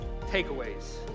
takeaways